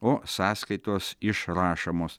o sąskaitos išrašomos